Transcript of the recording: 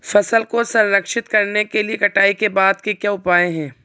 फसल को संरक्षित करने के लिए कटाई के बाद के उपाय क्या हैं?